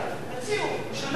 תציעו לשנה אחת,